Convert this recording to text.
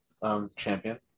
champion